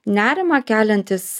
nerimą keliantys